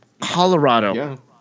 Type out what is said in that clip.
Colorado